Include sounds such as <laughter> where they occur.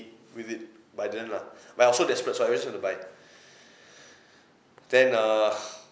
with it but I didn't lah but I was so desperate so I just went to buy <breath> then err